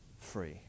free